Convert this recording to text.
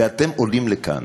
ואתם עולים לכאן